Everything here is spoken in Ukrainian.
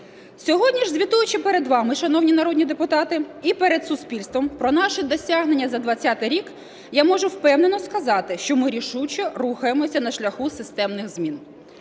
Сьогодні ж, звітуючи перед вами, шановні народні депутати, і перед суспільством, про наші досягнення за 20-й рік, я можу впевнено сказати, що ми рішуче рухаємося на шляху системних змін.